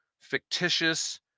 fictitious